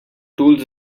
tools